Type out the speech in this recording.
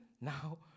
now